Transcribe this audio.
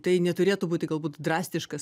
tai neturėtų būti galbūt drastiškas